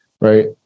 Right